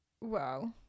wow